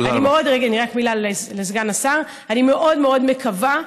רק מילה לסגן השר: אני מאוד מאוד מקווה,